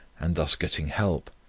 and thus getting help,